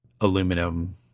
aluminum